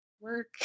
work